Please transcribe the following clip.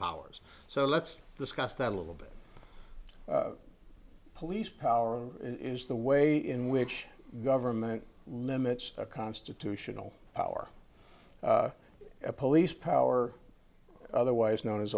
powers so let's discuss that a little bit police powers in the way in which government limits a constitutional power a police power otherwise known as